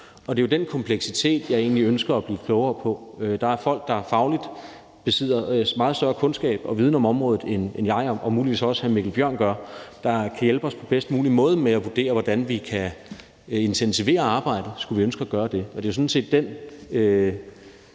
og det er jo den kompleksitet, jeg egentlig ønsker at blive klogere på. Der er folk, der fagligt besidder meget større kundskab og viden om området, end jeg og muligvis også hr. Mikkel Bjørn gør, og som på bedst mulige måde kan hjælpe os med at vurdere, hvordan vi kan intensivere arbejdet, skulle vi ønske at gøre det, og det er jo sådan set også